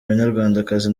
banyarwandakazi